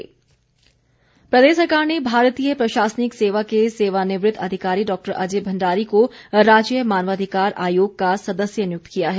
नियुक्ति प्रदेश सरकार ने भारतीय प्रशासनिक सेवा के सेवानिवृत अधिकारी डॉ अजय भंडारी को राज्य मानवाधिकार आयोग का सदस्य नियुक्ति किया है